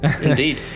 indeed